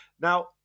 Now